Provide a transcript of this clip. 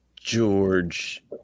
George